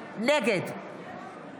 נגד